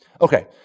Okay